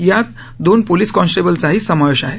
यात दोन पोलीस कॉन्स्टेबलचाही समावेश आहे